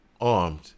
armed